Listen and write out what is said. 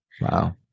Wow